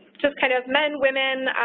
just kind of men, women,